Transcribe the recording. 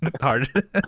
Hard